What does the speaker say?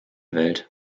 welt